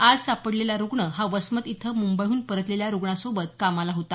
आज सापडलेला रुग्ण हा वसमत इथं मुंबईहून परतलेल्या रुग्णांसोबत कामाला होता